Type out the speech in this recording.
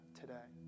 today